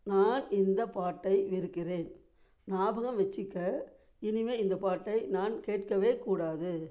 நான் இந்த பாட்டை வெறுக்கிறேன் ஞாபகம் வெச்சுக்க இனிமேல்இந்தப் பாட்டை நான் கேட்கவே கூடாது